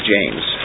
James